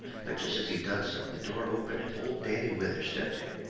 but jest as he done so, the door opened and old daddy withers stepped in.